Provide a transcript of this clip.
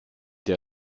der